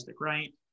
right